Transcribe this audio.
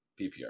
ppr